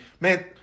Man